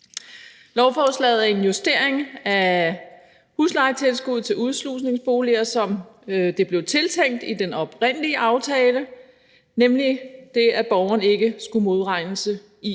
Lovforslaget indeholder en justering af huslejetilskuddet til udslusningsboliger, så det bliver, som det var tiltænkt i den oprindelige aftale, nemlig at borgeren ikke skal modregnes i